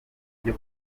byo